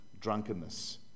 drunkenness